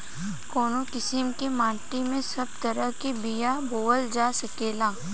कवने किसीम के माटी में सब तरह के बिया बोवल जा सकेला?